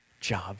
Job